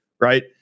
right